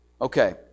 Okay